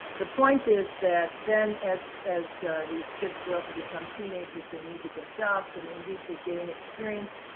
the point is that then as as these kids grow up and become teenagers, they need to get jobs and they need to gain experience,